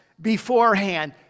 beforehand